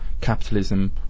capitalism